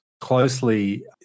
closely